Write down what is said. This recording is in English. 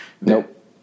Nope